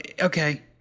okay